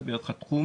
זה בערך התחום,